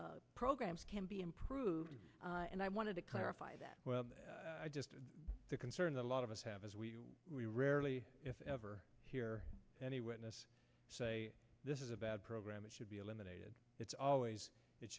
programs can be improved and i wanted to clarify that well just the concern that a lot of us have as we we rarely if ever hear any witness say this is a bad program it should be eliminated it's always it